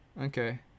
Okay